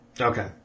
Okay